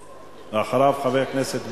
ואחריו, חבר הכנסת ברכה.